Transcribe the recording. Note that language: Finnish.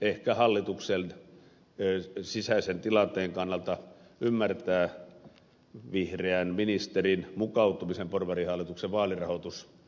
ehkä hallituksen sisäisen tilanteen kannalta ymmärtää vihreän ministerin mukautumisen porvarihallituksen vaalirahoitustilanteeseen